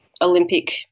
Olympic